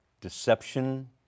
deception